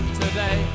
today